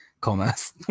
commerce